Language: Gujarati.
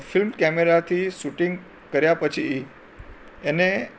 ફિલ્મ કેમેરાથી સૂટિંગ કર્યા પછી એને